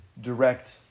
direct